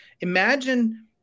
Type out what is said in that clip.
Imagine